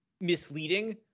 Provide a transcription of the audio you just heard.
misleading